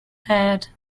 head